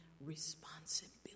responsibility